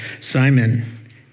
Simon